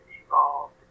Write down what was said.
evolved